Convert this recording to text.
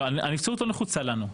הנבצרות לא נחוצה לנו.